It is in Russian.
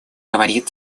говорит